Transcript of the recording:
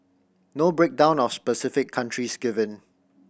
no breakdown of specific countries given